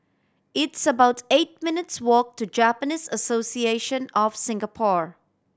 it's about eight minutes' walk to Japanese Association of Singapore